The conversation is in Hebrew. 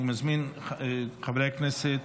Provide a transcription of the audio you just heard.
אני מזמין את חברי הכנסת: